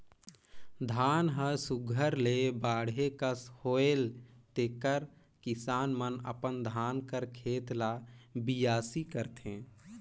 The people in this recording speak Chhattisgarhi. धान हर सुग्घर ले बाढ़े कस होएल तेकर किसान मन अपन धान कर खेत ल बियासी करथे